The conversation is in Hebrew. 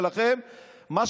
שלכם,